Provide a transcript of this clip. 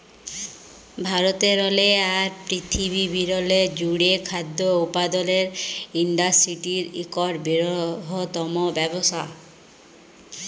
ভারতেরলে আর পিরথিবিরলে জ্যুড়ে খাদ্য উৎপাদলের ইন্ডাসটিরি ইকট বিরহত্তম ব্যবসা